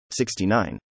69